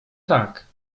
tak